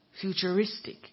futuristic